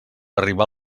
arribar